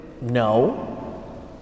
No